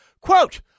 quote